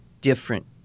different